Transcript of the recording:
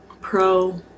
pro